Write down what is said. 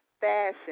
fashion